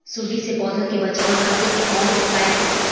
सुंडी से पौधा के बचावल खातिर कौन उपाय होला?